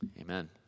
Amen